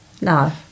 no